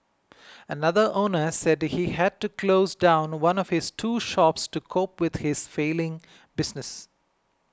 another owner said he had to close down one of his two shops to cope with his failing business